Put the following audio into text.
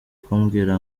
kumbwira